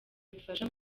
bifasha